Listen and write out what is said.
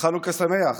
חנוכה שמח.